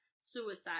suicide